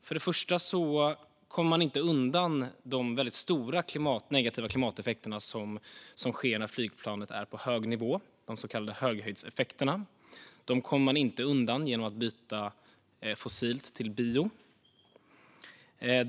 Först och främst kommer man inte undan de väldigt stora negativa klimateffekter som sker när flygplanet är på hög höjd - de så kallade höghöjdseffekterna. Dem kommer man inte undan genom att byta ut fossila drivmedel mot biodrivmedel.